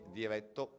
diretto